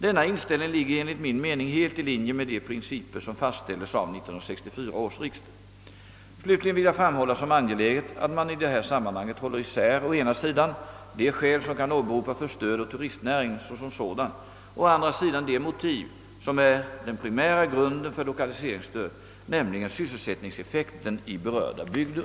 Denna inställning ligger enligt min mening helt i linje med de principer som fastställdes av 1964 års riksdag. Slutligen vill jag framhålla som angeläget, att man i det här sammanhanget håller isär å ena sidan de skäl som kan åberopas för stöd åt turistnäringen såsom sådan och å andra sidan de motiv som är den primära grunden för lokaliseringsstöd, nämligen sysselsättningseffekten i berörda bygder.